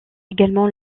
également